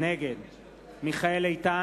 נגד מיכאל איתן,